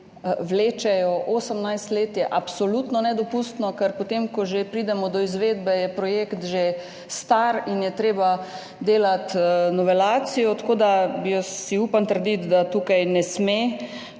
vlečejo 18 let, absolutno nedopustno, ker potem, ko pridemo do izvedbe, je projekt že star in je treba delati novelacijo. Tako da si jaz upam trditi, da tukaj ne sme